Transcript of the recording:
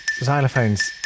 xylophones